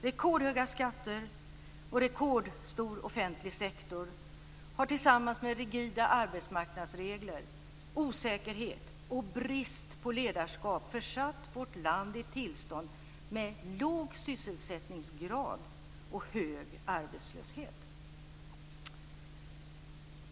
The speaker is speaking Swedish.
Rekordhöga skatter och rekordstor offentlig sektor har tillsammans med rigida arbetsmarknadsregler, osäkerhet och brist på ledarskap försatt vårt land i ett tillstånd med låg sysselsättningsgrad och hög arbetslöshet.